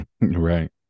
right